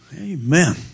Amen